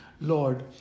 Lord